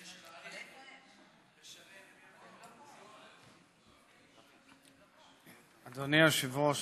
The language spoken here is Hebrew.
אדוני היושב-ראש,